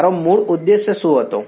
મારો મૂળ ઉદ્દેશ્ય શું હતો